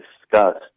discussed